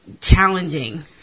challenging